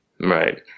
Right